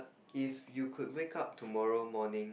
if you could wake up tomorrow morning